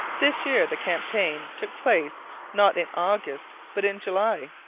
this year the campaign took place not in august but in july.